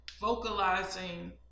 vocalizing